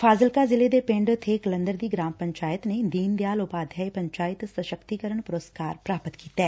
ਫਾਜ਼ਿਲਕਾ ਜ਼ਿਲ੍ਹੇ ਦੇ ਪਿੰਡ ਬੇਹਕਲੰਦਰ ਦੀ ਗ੍ਰਾਮ ਪੰਚਾਇਤ ਨੇ ਦੀਨਦਿਆਲ ਉਪਾਧਿਆਇ ਪੰਚਾਇਤ ਸਸਕਤੀਕਰਨ ਪੁਰਸ਼ਕਾਰ ਪਾਪਤ ਕੀਤੈ